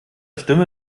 stimme